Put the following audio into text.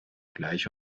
gleich